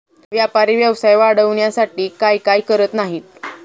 व्यापारी व्यवसाय वाढवण्यासाठी काय काय करत नाहीत